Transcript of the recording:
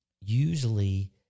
usually